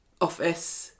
office